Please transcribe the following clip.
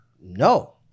No